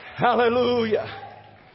Hallelujah